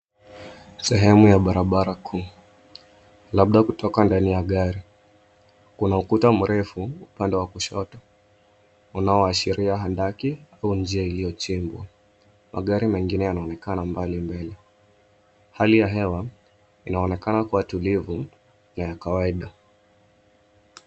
Sehemu ya barabara kuu, labda kutoka ndani ya gari. Kuna ukuta mrefu upande wa kushoto unaoashiria handaki au njia iliyochimbwa. Magari mengine yanaonekana mbali mbele. Hali ya hewa inaonekana kuwa tulivu na ya kawaida.